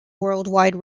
worldwide